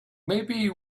maybe